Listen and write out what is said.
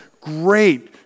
great